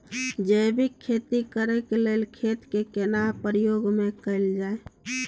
जैविक खेती करेक लैल खेत के केना प्रयोग में कैल जाय?